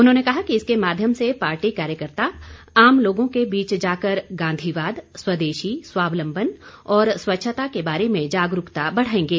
उन्होंने कहा कि इसके माध्यम से पार्टी कार्यकर्ता आम लोगों के बीच जाकर गांधीवाद स्वदेशी स्वावलम्बन और स्वच्छता के बारे में जागरूकता बढ़ाएंगे